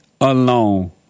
alone